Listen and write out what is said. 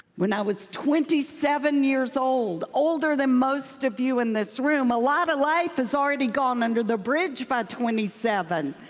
when i was twenty seven years old, older than most of you in this room, a lot of life has already gone under the bridge by twenty seven.